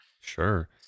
Sure